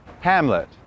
Hamlet